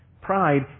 Pride